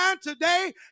today